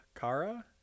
kara